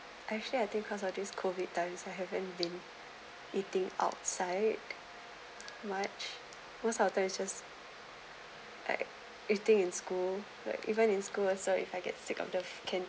actually I think cause of this COVID times I haven't been eating outside much most of the times it's just like eating in school like even in school also if I get sick of the